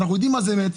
אנחנו יודעים מה זה מת,